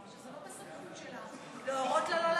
שזה לא בסמכות שלך להורות לה לא להגיע.